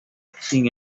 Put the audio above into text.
sin